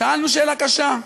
שאלנו שאלה קשה,